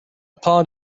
pod